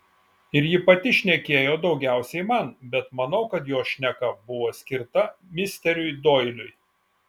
ir ji pati šnekėjo daugiausiai man bet manau kad jos šneka buvo skirta misteriui doiliui